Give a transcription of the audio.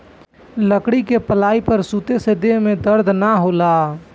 लकड़ी के पलाई पर सुते से देह में दर्द ना होखेला